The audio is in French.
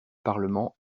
parlement